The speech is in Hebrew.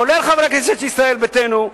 כולל חברי הכנסת מישראל ביתנו,